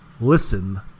listen